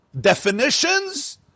Definitions